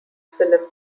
film